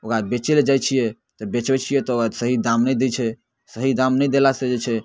ओकरा बेचैलए जाइ छिए तऽ बेचै छिए तऽ ओकरा सही दाम नहि दै छै सही दाम नहि देलासँ जे छै